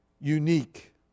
unique